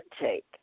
take